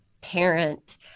parent